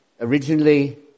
Originally